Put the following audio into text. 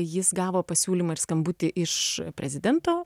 jis gavo pasiūlymą ir skambutį iš prezidento